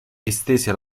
estese